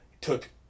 took